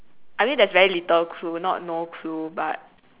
I mean there's very little clue not no clue but